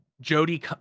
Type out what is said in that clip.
Jody